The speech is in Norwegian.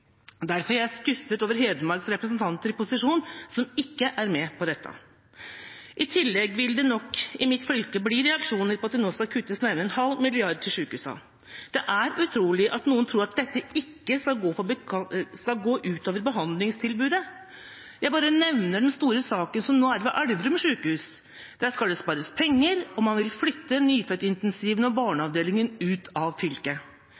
Derfor er jeg skuffet over Hedmarks representanter i posisjon, som ikke er med på dette. I tillegg vil det nok i mitt fylke bli reaksjoner på at det nå skal kuttes nærmere en halv milliard til sjukehusene. Det er utrolig at noen tror at dette ikke skal gå utover behandlingstilbudet. Jeg bare nevner den store saken som nå er ved sjukehuset i Elverum. Der skal det spares penger, og man vil flytte nyfødt-intensiven og barneavdelingen ut av fylket.